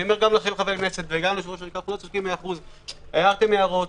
אני אומר לכולכם - הערתם הערות.